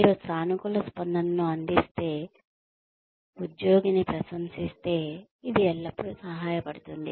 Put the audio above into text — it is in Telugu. మీరు సానుకూల స్పందనను అందిస్తే ఉద్యోగిని ప్రశంసిస్తే ఇది ఎల్లప్పుడూ సహాయపడుతుంది